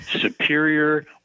superior